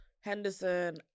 Henderson